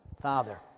Father